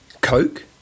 coke